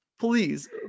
Please